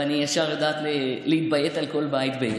ואני ישר יודעת להתביית בערך על כל בית.